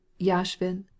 Yashvin